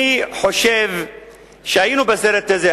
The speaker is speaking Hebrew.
אני חושב שהיינו בסרט הזה,